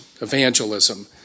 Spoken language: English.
evangelism